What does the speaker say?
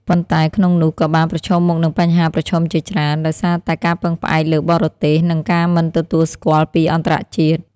ប៉ុន្តែក្នុងនោះក៏បានប្រឈមមុខនឹងបញ្ហាប្រឈមជាច្រើន ដោយសារតែការពឹងផ្អែកលើបរទេស និងការមិនទទួលស្គាល់ពីអន្តរជាតិ។